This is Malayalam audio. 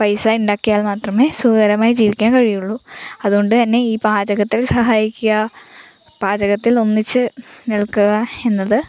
പൈസ ഉണ്ടാക്കിയാൽ മാത്രമേ സുഖകരമായി ജീവിക്കാൻ കഴിയുകയുള്ളൂ അതുകൊണ്ടു തന്നെ ഈ പാചകത്തിൽ സഹായിക്കുക പാചകത്തിൽ ഒന്നിച്ച് നിൽക്കുക എന്നത്